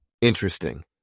Interesting